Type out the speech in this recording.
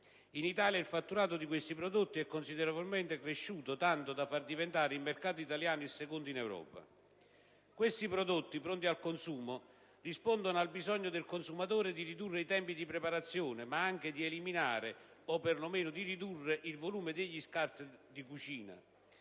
in Italia, il fatturato di questi prodotti è considerevolmente cresciuto, tanto da far diventare il mercato italiano il secondo in Europa. Questi prodotti, pronti al consumo, rispondono al bisogno del consumatore di ridurre i tempi di preparazione, ma anche di eliminare - o per lo meno ridurre - il volume degli scarti di cucina.